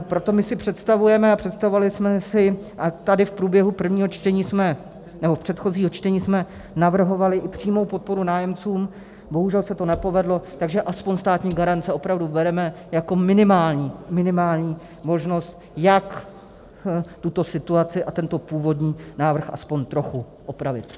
Proto my si představujeme a představovali jsme si a tady v průběhu prvního čtení jsme, nebo předchozího čtení jsme navrhovali i přímou podporu nájemcům, bohužel se to nepovedlo, takže aspoň státní garance opravdu bereme jako minimální, minimální možnost, jak tuto situaci a tento původní návrh aspoň trochu opravit.